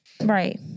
right